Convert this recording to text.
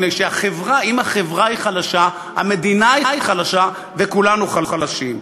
מפני שאם החברה היא חלשה המדינה היא חלשה וכולנו חלשים.